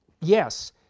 yes